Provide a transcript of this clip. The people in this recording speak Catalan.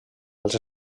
als